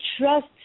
trust